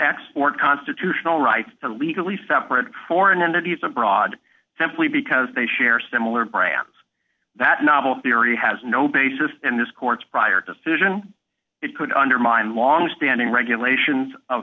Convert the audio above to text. export constitutional rights to legally separated foreign entity it's a broad simply because they share similar brands that novel theory has no basis in this court's prior to fusion it could undermine longstanding regulations of